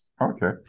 Okay